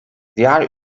diğer